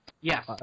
Yes